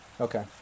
Okay